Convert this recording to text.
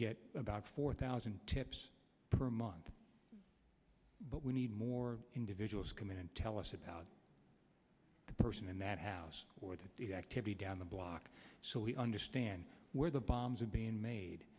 get about four thousand tips per month but we need more individuals come in and tell us about the person in that house or the activity down the block so we understand where the bombs are being made